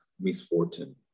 misfortune